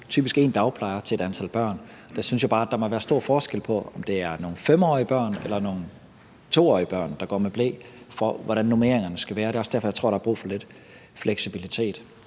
typisk én dagplejer til et antal børn. Og der synes jeg bare, der må være stor forskel på, om det er nogle 5-årige børn eller nogle 2-årige børn, der går med ble, i forhold til hvordan normeringerne skal være. Det er også derfor, jeg tror, der er brug for lidt fleksibilitet.